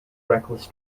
reckless